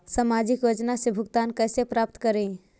सामाजिक योजना से भुगतान कैसे प्राप्त करी?